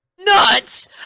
Nuts